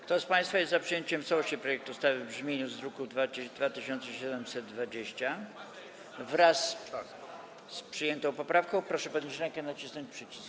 Kto z państwa jest za przyjęciem w całości projektu ustawy w brzmieniu z druku nr 2720, wraz z przyjętą poprawką, proszę podnieść rękę i nacisnąć przycisk.